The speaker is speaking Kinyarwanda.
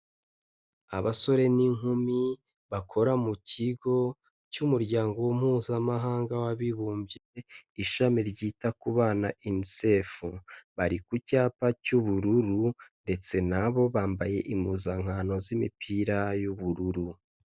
Abasore n'inkumi bakora mu kigo cy'Umuryango Mpuzamahanga w'Abibumbye ishami ryita ku bana Unicef, bari ku cyapa cy'ubururu ndetse nabo bambaye impuzankano z'imipira y'ubururu.